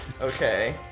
Okay